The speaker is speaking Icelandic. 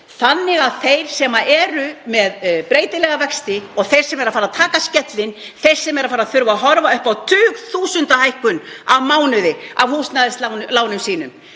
þannig að þeir sem eru með breytilega vexti og þeir sem eru að fara að taka skellinn, þeir sem þurfa að horfa upp á tugþúsunda hækkun á mánuði af húsnæðislánum sínum